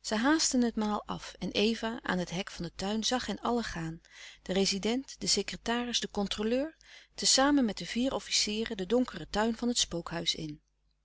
zij haastten het maal af en eva aan het hek van den tuin zag hen allen gaan de rezident de secretaris de controleur te samen met de vier officieren den donkeren tuin van het spookhuis in